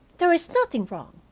there is nothing wrong,